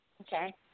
Okay